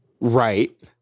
right